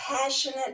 passionate